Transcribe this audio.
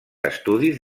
estudis